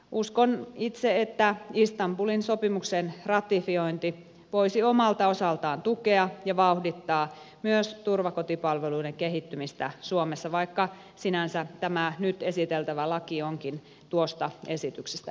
uskon itse että istanbulin sopimuksen ratifiointi voisi omalta osaltaan tukea ja vauhdittaa myös turvakotipalveluiden kehittymistä suomessa vaikka sinänsä tämä nyt esiteltävä laki onkin tuosta esityksestä irrallinen